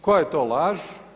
Koja je to laž?